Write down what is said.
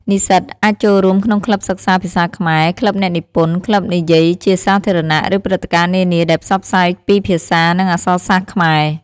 និស្សិតអាចចូលរួមក្នុងក្លឹបសិក្សាភាសាខ្មែរ ក្លឹបអ្នកនិពន្ធ ក្លឹបនិយាយជាសាធារណៈ ឬព្រឹត្តិការណ៍នានាដែលផ្សព្វផ្សាយពីភាសា និងអក្សរសាស្ត្រខ្មែរ។